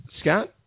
Scott